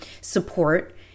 support